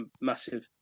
massive